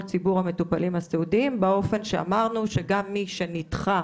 ציבור המטופלים הסיעודיים באופן שאמרנו שגם מי שנדחה